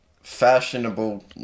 fashionable